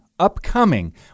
upcoming